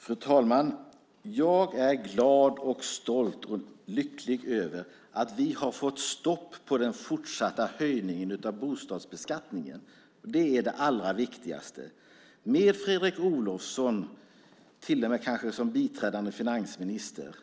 Fru talman! Jag är glad och stolt och lycklig över att vi har fått stopp på den fortsatta höjningen av bostadsbeskattningen. Det är det allra viktigaste. Med Fredrik Olovsson, kanske till och med som biträdande finansminister